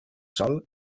sòl